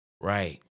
Right